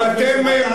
אל תגיד לי "חצוף".